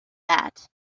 that